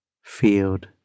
field